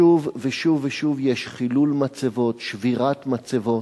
שוב ושוב ושוב יש חילול מצבות, שבירת מצבות.